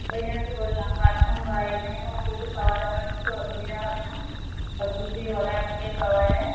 ওই জন্য তো বললাম বাথরুম বা এখানে কোনো কিছু খাওয়া দাওয়া কিছু অসুবিধা হবে না সব কিছুই অর্ডার দিলেই পাওয়া যায়